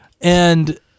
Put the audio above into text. and-